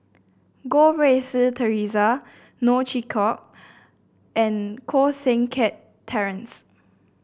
Goh Rui Si Theresa Neo Chwee Kok and Koh Seng Kiat Terence